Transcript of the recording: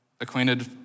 acquainted